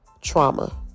Trauma